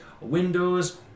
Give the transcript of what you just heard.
windows